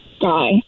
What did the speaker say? guy